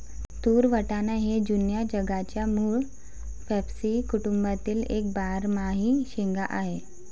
तूर वाटाणा हे जुन्या जगाच्या मूळ फॅबॅसी कुटुंबातील एक बारमाही शेंगा आहे